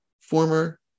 former